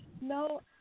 No